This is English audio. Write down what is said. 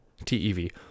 TeV